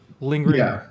lingering